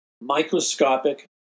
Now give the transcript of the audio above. Microscopic